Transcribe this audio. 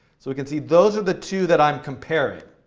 so we can see those are the two that i'm comparing.